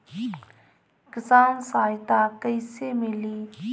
किसान सहायता कईसे मिली?